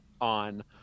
on